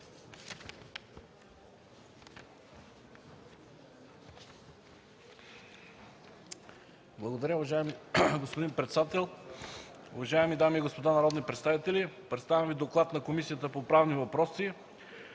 Благодаря, уважаеми господин председател. Уважаеми дами и господа народни представители! Представям Ви: „ДОКЛАД на Комисията по правни въпроси